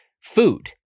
food